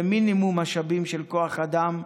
במינימום משאבים של כוח אדם,